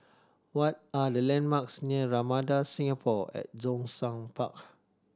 what are the landmarks near Ramada Singapore at Zhongshan Park